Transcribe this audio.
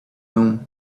noon